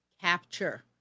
capture